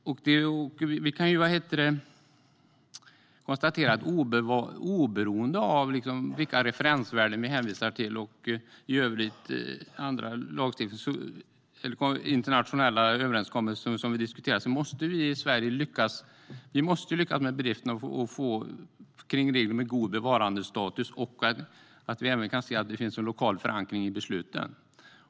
Oberoende av vilka referensvärden vi hänvisar till och i övrigt annan lagstiftning och internationella överenskommelser måste vi i Sverige lyckas med bedriften att få till regler för god bevarandestatus och lokal förankring i besluten.